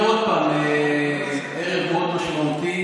ואני אומר עוד פעם, ערב מאוד משמעותי.